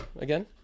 again